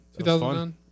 2009